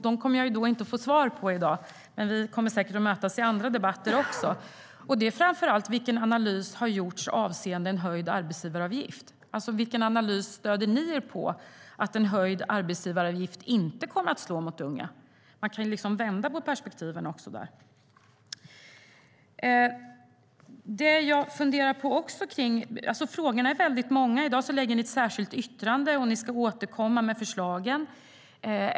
Dem kommer jag inte att få svar på i dag, men vi kommer säkert att mötas i andra debatter också. Det gäller framför allt vilken analys som gjorts avseende en höjd arbetsgivaravgift. Vilken analys stöder ni er på när ni hävdar att en höjd arbetsgivaravgift inte kommer att slå mot unga? Man kan ju vända på perspektiven också. Frågorna är väldigt många. Ni lämnar ett särskilt yttrande och ska återkomma med förslag.